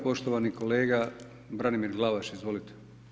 Poštovani kolega Branimir Glavaš, izvolite.